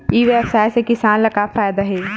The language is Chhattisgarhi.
ई व्यवसाय से किसान ला का फ़ायदा हे?